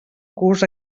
curs